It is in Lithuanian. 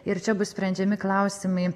ir čia bus sprendžiami klausimai